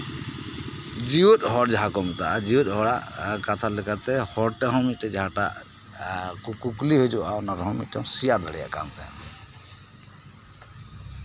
ᱡᱮᱣᱮᱫ ᱦᱚᱲ ᱡᱟᱦᱟᱸ ᱠᱚ ᱢᱮᱛᱟᱜᱼᱟ ᱡᱮᱣᱮᱫ ᱦᱚᱲᱟᱜ ᱠᱟᱛᱷᱟ ᱞᱮᱠᱟᱛᱮ ᱦᱚᱲ ᱛᱮᱦᱚᱸ ᱚᱠᱟᱴᱟᱜ ᱠᱩᱠᱞᱤ ᱦᱤᱡᱩᱜᱼᱟ ᱚᱱᱟ ᱨᱮᱦᱚᱢ ᱥᱮᱭᱟᱨ ᱫᱟᱲᱮᱭᱟᱜ ᱠᱟᱱ ᱛᱟᱦᱮᱸᱫᱼᱟ